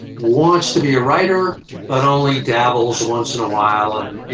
wants to be a writer but only dabbles once in awhile and,